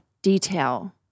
Detail